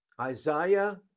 Isaiah